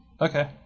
Okay